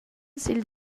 sil